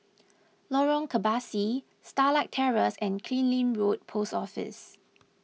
Lorong Kebasi Starlight Terrace and Killiney Road Post Office